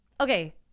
okay